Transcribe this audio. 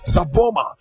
Zaboma